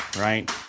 right